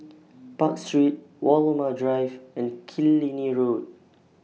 Park Street Walmer Drive and Killiney Road